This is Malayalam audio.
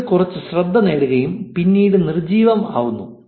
ഇത് കുറച്ച് ശ്രദ്ധ നേടുകയും പിന്നീട് നിർജ്ജീവം ആവുന്നു